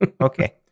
Okay